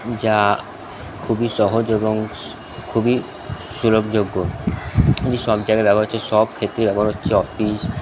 যা খুবই সহজ এবং খুবই সুলভযোগ্য এটি সব জায়গায় ব্যবহার হচ্ছে সব ক্ষেত্রে ব্যবহার হচ্ছে অফিস